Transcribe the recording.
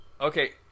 Okay